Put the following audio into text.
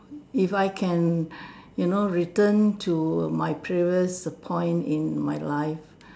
if I can you know return to my previous point in my life